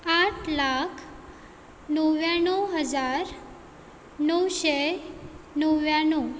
आठ लाख णव्याणव हजार णवशें णव्याणव